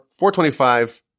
425